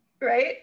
right